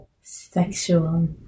sexual